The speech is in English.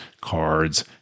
cards